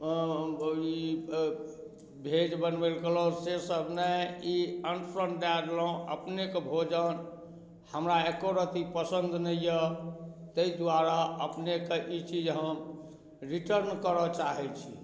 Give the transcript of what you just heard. बड़ी भेज बनबै लऽ कहलहुँ से सब नहि ई अंट शंट दै देलहुँ अपनेक भोजन हमरा एको रती पसंद नहि यऽ ताहि दुआरे अपनेकऽ ई चीज हम रिटर्न करऽ चाहैत छी